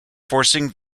forcing